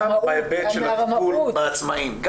גם בהיבט של הטיפול בעצמאים.